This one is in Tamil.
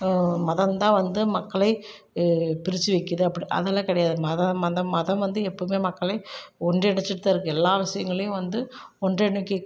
மதம் தான் வந்து மக்களை பிரிச்சு வைக்குது அப்படி அதெல்லாம் கிடையாது மதம் மதம் மதம் வந்து எப்போவுமே மக்களை ஒன்றிணைச்சிவிட்டு தான் இருக்கு எல்லா விஷயங்களையும் வந்து ஒன்றிணைக்க